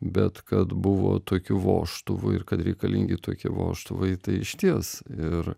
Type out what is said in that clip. bet kad buvo tokių vožtuvų ir kad reikalingi tokie vožtuvai tai išties ir